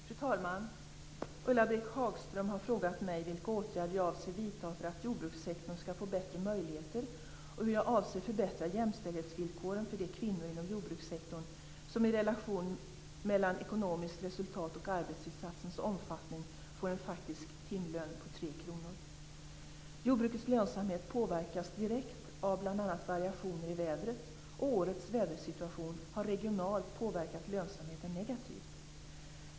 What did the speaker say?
Fru talman! Ulla-Britt Hagström har frågat mig vilka åtgärder jag avser vidta för att jordbrukssektorn skall få bättre möjligheter och hur jag avser förbättra jämställdhetsvillkoren för de kvinnor inom jordbrukssektorn som i relation mellan ekonomiskt resultat och arbetsinsatsens omfattning får en faktisk timlön på tre kronor. Jordbrukets lönsamhet påverkas direkt av bl.a. variationer i vädret, och årets vädersituation har regionalt påverkat lönsamheten negativt.